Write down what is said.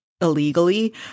illegally